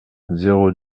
zéro